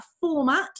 format